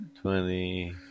twenty